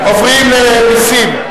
עוברים למסים.